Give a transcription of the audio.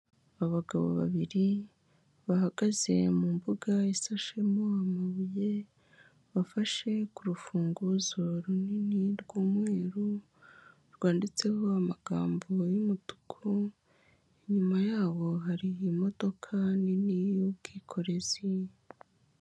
Abagabo babiri bahagaze mu mbuga isashemo amabuye, bafashe ku rufunguzo runini rw'umweru, rwanditseho amagambo y'umutuku, inyuma yabo hari imodoka nini y'ubwikorezi.